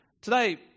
Today